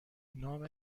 نام